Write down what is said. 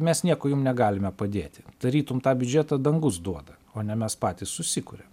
mes nieko jum negalime padėti tarytum tą biudžetą dangus duoda o ne mes patys susikuriam